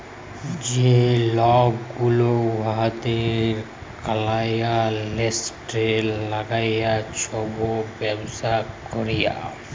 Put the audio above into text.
যে লক গুলা উয়াদের কালাইয়েল্টের ল্যাইগে ছব ব্যবসা ক্যরে